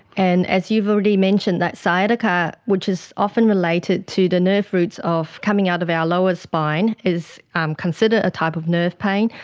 and as you've already mentioned, that sciatica, which is often related to the nerve roots coming out of our lower spine, is um considered a type of nerve pain.